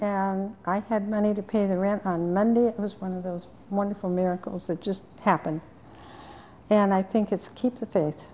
i had money to pay the rent on monday it was one of those wonderful miracles that just happened and i think it's keep the faith